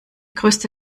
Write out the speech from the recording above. größte